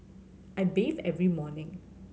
I bathe every morning